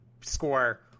score